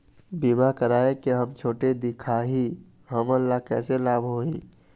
बीमा कराए के हम छोटे दिखाही हमन ला कैसे लाभ होही?